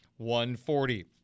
140